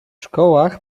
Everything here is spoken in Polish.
szkołach